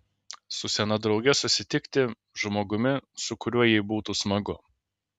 su sena drauge susitikti žmogumi su kuriuo jai būtų smagu